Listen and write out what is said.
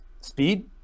speed